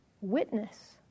witness